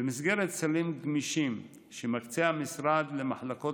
במסגרת סלים גמישים שמקצה המשרד למחלקות